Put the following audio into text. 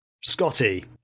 Scotty